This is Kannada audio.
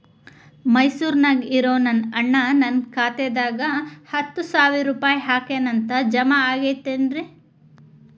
ಮೈಸೂರ್ ನ್ಯಾಗ್ ಇರೋ ನನ್ನ ಅಣ್ಣ ನನ್ನ ಖಾತೆದಾಗ್ ಹತ್ತು ಸಾವಿರ ರೂಪಾಯಿ ಹಾಕ್ಯಾನ್ ಅಂತ, ಜಮಾ ಆಗೈತೇನ್ರೇ?